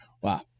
Wow